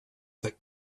that